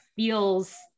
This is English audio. feels